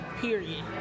period